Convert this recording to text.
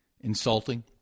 insulting